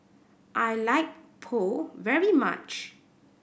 I like Pho very much